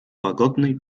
łagodnej